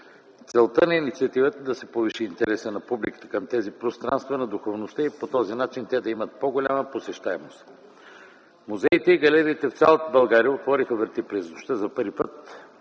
Целта на инициативата е да се повиши интересът на публиката към тези пространства на духовността и по този начин те да имат по-голяма посещаемост. Музеите и галериите в цяла България отвориха врати през нощта за първи път